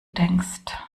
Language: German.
denkst